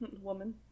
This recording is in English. Woman